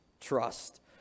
trust